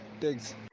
Thanks